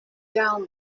down